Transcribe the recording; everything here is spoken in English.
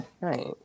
Right